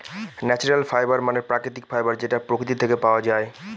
natural fibre মানে প্রাকৃতিক fibre যেটা প্রকৃতি থেকে পাওয়া যায়